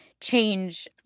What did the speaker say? change